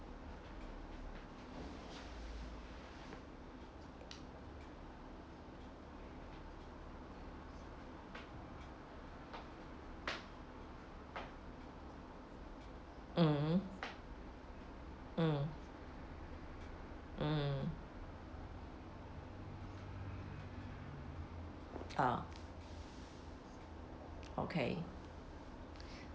mm mm mm ah okay